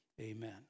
Amen